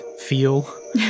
feel